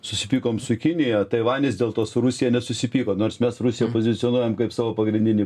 susipykom su kinija taivanis dėl to su rusija nesusipyko nors mes rusiją pozicionuojam kaip savo pagrindinį